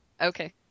Okay